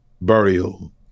burial